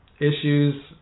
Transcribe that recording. issues